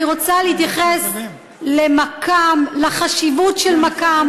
ואני רוצה להתייחס למקא"ם, לחשיבות של מקא"ם,